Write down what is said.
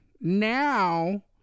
now